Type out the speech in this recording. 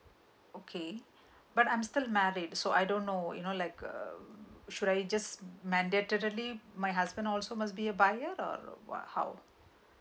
okay but I'm still married so I don't know you know like uh should I just mandatorily my husband also must be a buyer or what how